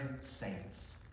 saints